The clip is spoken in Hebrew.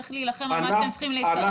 צריך להילחם על מה שאתם צריכים לקבל.